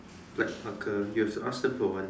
black marker you have to ask them for one